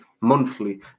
monthly